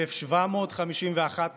1,751 משפחות.